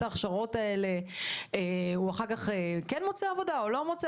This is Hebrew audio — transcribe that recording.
ההכשרות האלה אחר כך מוצא עבודה או לא מוצא